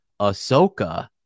ahsoka